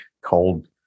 cold